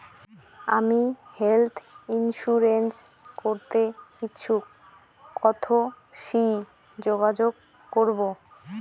আমি health insurance করতে ইচ্ছুক কথসি যোগাযোগ করবো?